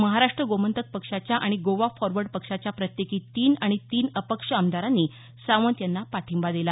महाराष्ट्र गोमंतक पक्षाच्या आणि गोवा फॉरवर्ड पक्षाच्या प्रत्येकी तीन आणि तीन अपक्ष आमदारांनी सावंत यांना पाठिंबा दिला